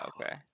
okay